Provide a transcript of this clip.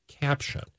caption